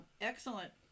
excellent